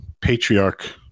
patriarch